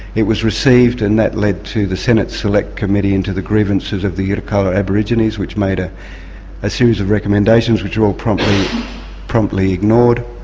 it was received and that led to the senate select committee into the grievances of the yirrkala aborigines which made a series of recommendations which were promptly promptly ignored,